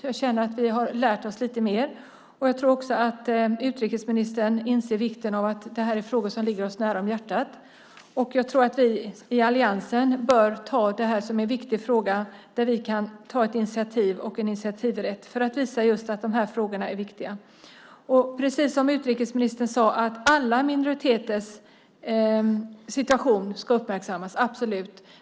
Jag känner att vi har lärt oss lite mer. Jag tror också att utrikesministern inser vikten av de här frågorna som ligger oss varmt om hjärtat. Jag tror att vi i alliansen bör uppfatta det här som en viktig fråga där vi kan använda initiativrätten och ta ett initiativ för att visa just att de här frågorna är viktiga. Precis som utrikesministern sade ska alla minoriteters situation uppmärksammas. Absolut!